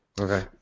Okay